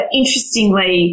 interestingly